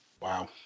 Wow